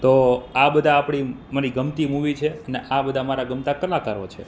તો આ બધા આપણી મારી ગમતી મૂવી છે અને આ બધા મારા ગમતા કલાકારો છે